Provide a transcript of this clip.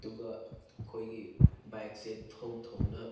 ꯑꯗꯨꯒ ꯑꯩꯈꯣꯏꯒꯤ ꯕꯥꯏꯛꯁꯦ ꯊꯧ ꯊꯧꯅ